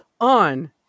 on